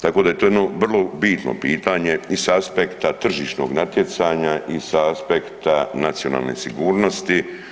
Tako da je to jedno vrlo bitno pitanje i s aspekta tržišnog natjecanja i sa aspekta nacionalne sigurnosti.